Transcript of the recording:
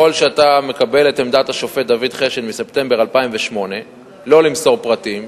ככל שאתה מקבל את עמדת השופט דוד חשין מספטמבר 2008 לא למסור פרטים,